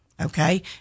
Okay